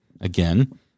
Again